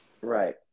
right